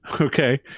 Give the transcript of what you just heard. okay